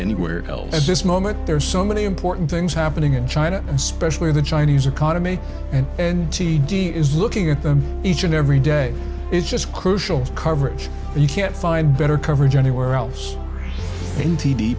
anywhere else at this moment there are so many important things happening in china especially the chinese economy and and t d is looking at them each and every day is just crucial coverage and you can't find better coverage anywhere else in